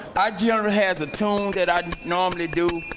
i generally have the tone that i normally do